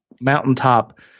mountaintop